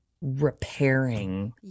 repairing